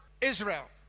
Israel